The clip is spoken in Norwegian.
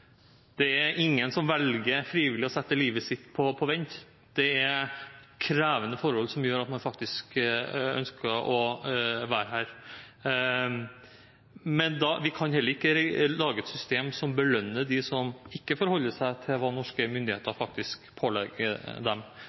Det er ingen som frivillig velger å sette livet sitt på vent. Det er krevende forhold som gjør at man faktisk ønsker å være her. Men vi kan heller ikke lage et system som belønner dem som ikke forholder seg til det som norske myndigheter pålegger dem.